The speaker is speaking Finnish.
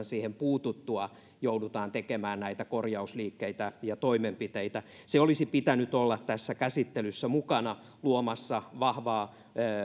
siihen puututtua joudutaan tekemään näitä korjausliikkeitä ja toimenpiteitä sen olisi pitänyt olla tässä käsittelyssä mukana luomassa vahvaa